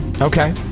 Okay